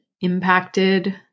impacted